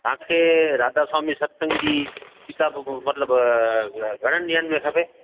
तव्हांखे राधा स्वामी सत्संग जी किताब मतिलब घणनि ॾींहनि में खपे